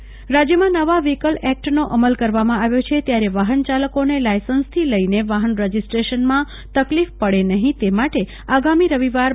ઓ ખુલ્લી રાખવા નિ રાજ્યમાં નવો વ્હીકલ એક્ટનો અમલ કરવામાં આવ્યો છે ત્યારે વાહનચાલકોને લાઈસન્સથી લઈને વાહન રજિસ્ટ્રેશનમાં તકલીફ પડે નહીં તેટલા માટે આગામી રવિવાર તા